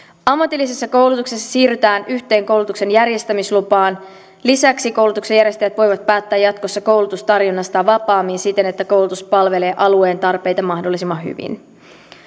ammatillisessa koulutuksessa siirrytään yhteen koulutuksen järjestämislupaan lisäksi koulutuksen järjestäjät voivat päättää jatkossa koulutustarjonnasta vapaammin siten että koulutus palvelee alueen tarpeita mahdollisimman hyvin